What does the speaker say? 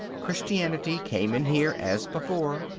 christianity came in here as before.